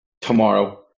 tomorrow